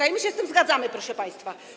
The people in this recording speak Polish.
I my się z tym zgadzamy, proszę państwa.